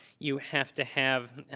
you have to have